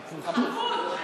החפּות, החפּות.